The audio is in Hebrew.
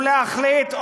ולהחליט,